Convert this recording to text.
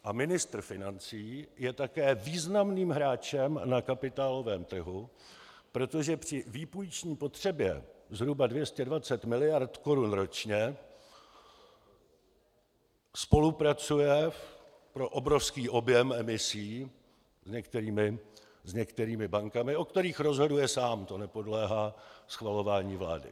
A ministr financí je také významným hráčem na kapitálovém trhu, protože při výpůjční potřebě zhruba 220 mld. korun ročně spolupracuje pro obrovský objem emisí s některými bankami, o kterých rozhoduje sám, to nepodléhá schvalování vlády.